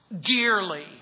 dearly